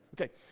Okay